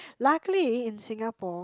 luckily in Singapore